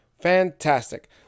Fantastic